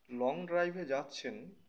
long ড্রাইভে যাচ্ছেন